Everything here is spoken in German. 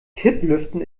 kipplüften